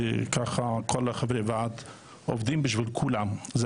וכך כל חברי הוועדה עובדים למען כולם.